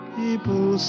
people